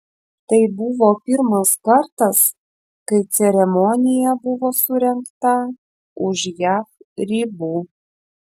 tai buvo pirmas kartas kai ceremonija buvo surengta už jav ribų